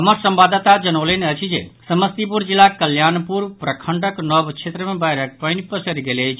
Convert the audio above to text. हमर संवाददाता जनौलनि अछि जे समस्तीपुर जिलाक कल्याणपुर प्रखंडक नव क्षेत्र मे बाढ़िक पानि पसरि गेल अछि